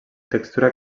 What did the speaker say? textura